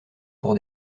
pour